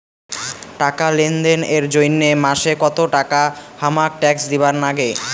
টাকা লেনদেন এর জইন্যে মাসে কত টাকা হামাক ট্যাক্স দিবার নাগে?